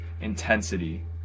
intensity